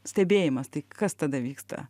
stebėjimas tai kas tada vyksta